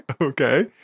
okay